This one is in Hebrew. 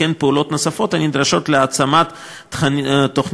וכן פעולות נוספות הנדרשות להעצמת תוכנית